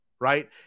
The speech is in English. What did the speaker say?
Right